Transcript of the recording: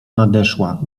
nadeszła